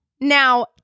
Now